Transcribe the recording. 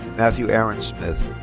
matthew aaron smith.